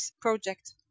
project